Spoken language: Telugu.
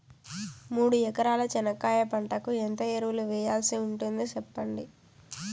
మూడు ఎకరాల చెనక్కాయ పంటకు ఎంత ఎరువులు వేయాల్సి ఉంటుంది సెప్పండి?